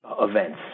events